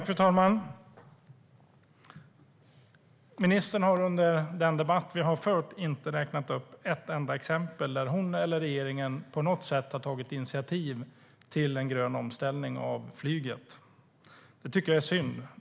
Fru talman! Ministern har under den debatt vi har fört inte räknat upp ett enda exempel där hon eller regeringen på något sätt har tagit initiativ till en grön omställning av flyget. Det är synd.